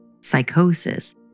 psychosis